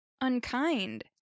unkind